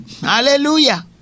Hallelujah